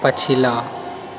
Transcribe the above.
पछिला